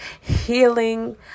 healing